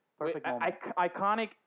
iconic